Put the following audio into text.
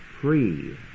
free